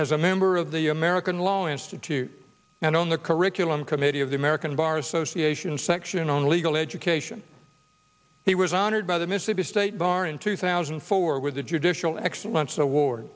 as a member of the american law institute and on the curriculum committee of the american bar association section on legal education he was honored by the mississippi state bar in two thousand and four with the judicial excellence award